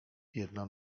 jedna